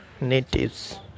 natives